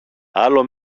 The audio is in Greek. άλλο